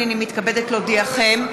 הנני מתכבדת להודיעכם,